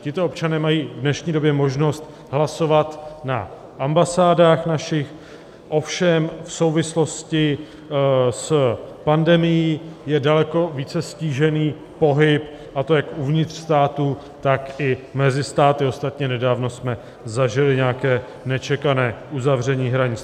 Tito občané mají v dnešní době možnost hlasovat na našich ambasádách, ovšem v souvislosti s pandemií je daleko více ztížený pohyb, a to jak uvnitř státu, tak i mezi státy, ostatně nedávno jsme zažili nějaké nečekané uzavření hranic.